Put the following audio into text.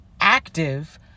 active